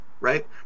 right